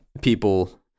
people